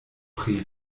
pri